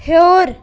ہیوٚر